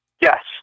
Yes